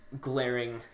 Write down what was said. glaring